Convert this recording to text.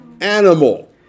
Animal